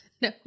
No